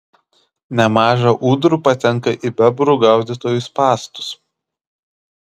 nemaža ūdrų patenka į bebrų gaudytojų spąstus